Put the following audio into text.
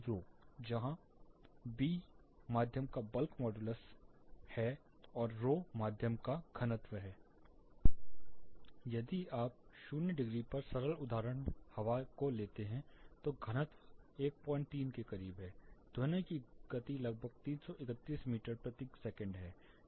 velocityB जहां B माध्यम का बल्क मॉड्यूलस और ρ माध्यम का घनत्व किग्रा एम 3 यदि आप 0 डिग्री पर सरल उदाहरण हवा लेते हैं तो घनत्व 13 के करीब है ध्वनि की गति लगभग 331 मीटर प्रति सेकंड है